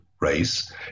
race